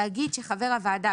תאגיד שחבר הוועדה,